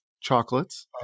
chocolates